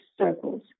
circles